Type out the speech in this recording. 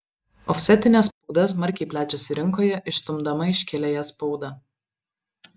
ofsetinė spauda smarkiai plečiasi rinkoje išstumdama iškiliąją spaudą